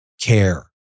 care